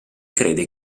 crede